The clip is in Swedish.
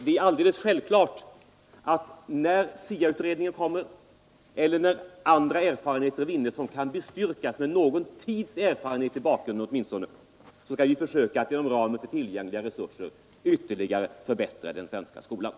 Det är självklart att när SIA-utredningen blir färdig med sitt arbete eller andra resultat framkommer som bygger på åtminstone någon tids erfarenhet, så skall vi försöka att inom ramen för tillgängliga resurser ytterligare förbättra den svenska skolan.